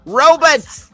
robots